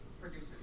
producers